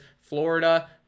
Florida